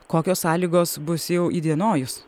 kokios sąlygos bus jau įdienojus